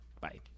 Bye